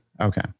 Okay